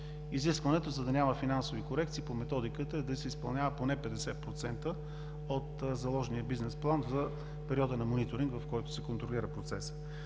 Изискването, за да няма финансови корекции по методиката, е да се изпълнява поне 50% от заложения бизнес план за периода на мониторинга, в който се контролира процесът.